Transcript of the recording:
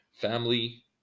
family